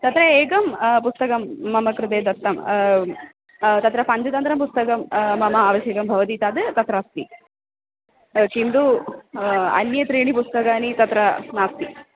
तत्र एकं पुस्तकं मम कृते दत्तं तत्र पञ्चतन्त्रपुस्तकं मम आवश्यकं भवति तद् तत्र अस्ति किन्तु अन्य त्रीणि पुस्तकानि तत्र नास्ति